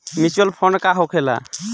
Mutual fund का होखेला?